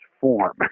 form